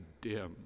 dim